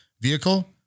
vehicle